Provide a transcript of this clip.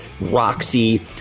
Roxy